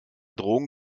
drogen